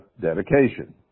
dedication